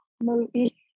movie